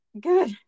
Good